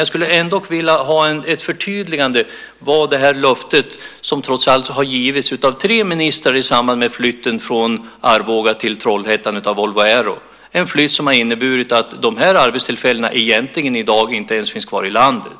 Jag skulle ändå vilja ha ett förtydligande när det gäller det löfte som trots allt har givits av tre ministrar i samband med flytten från Arboga till Trollhättan av Volvo Aero. Det är en flytt som har inneburit att de arbetstillfällena egentligen i dag inte ens finns kvar i landet.